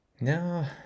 No